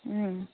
ꯎꯝ